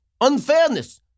unfairness